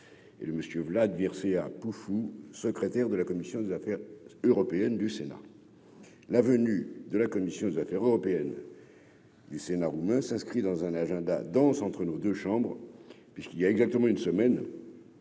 et le monsieur Vlad à pouf ou secrétaire de la commission des affaires européennes du Sénat, la venue de la commission des affaires européennes du Sénat roumain s'inscrit dans un agenda danse entre nos deux chambres puisqu'il y a exactement une semaine,